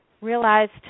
realized